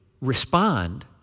respond